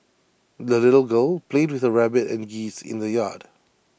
the little girl played with her rabbit and geese in the yard